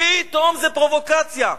פתאום זה פרובוקציה.